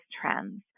trends